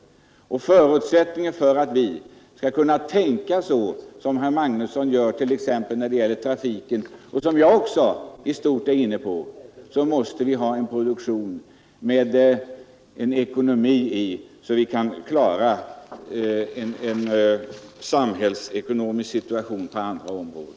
Förutsättningen för att vi skall kunna tänka så som herr Magnusson gör när det t.ex. gäller trafiken — och där jag i stort sett är inne på samma tankebanor — måste ju vara att vi har en produktion som ger oss den ekonomi som behövs för att vi skall kunna klara av samhällets utgifter på olika områden.